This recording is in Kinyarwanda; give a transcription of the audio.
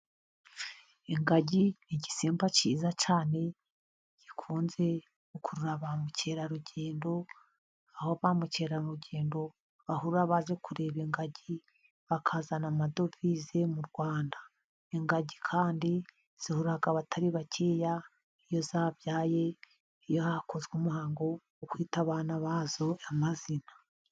Ingagi igisimba cyiza cyane gikunze gukurura ba mukerarugendo, aho ba mukerarugendo bahura baje kureba ingagi bakazana amadovize mu Rwanda. Ingagi kandi zihora abatari bakeya iyo zabyaye iyo hakozwe umuhango wo kwita abana bazo amazina.